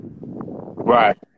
Right